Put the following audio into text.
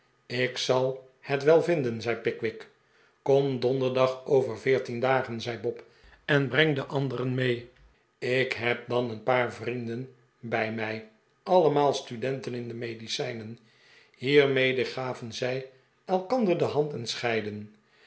ik zal het wel vinden zei pickwick kom donderdag over veertien dagen zei bob en breng de anderen mee ik heb dan een paar vrienden bij mij allemaal student'en in de medicijnen hiermede gaven zij elkander de hand en scheidden